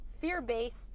fear-based